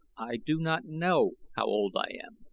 i do not know how old i am.